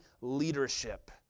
leadership